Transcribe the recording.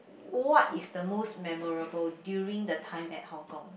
what is the most memorable during the time at Hong-Kong